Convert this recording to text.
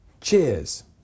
cheers